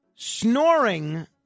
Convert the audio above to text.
Snoring